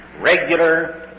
Regular